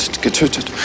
getötet